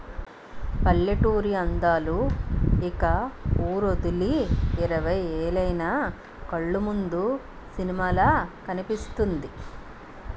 పల్లెటూరి అందాలు ఇంక వూరొదిలి ఇరవై ఏలైన కళ్లముందు సినిమాలా కనిపిస్తుంది